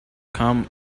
come